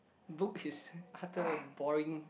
book is utter boring